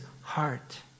heart